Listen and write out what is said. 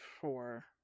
four